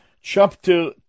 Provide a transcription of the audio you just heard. chapter